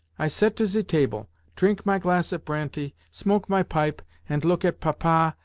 i set to ze table, trink my glass of pranty, smoke my pipe, ant look at papa,